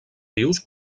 rius